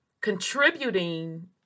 contributing